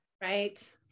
Right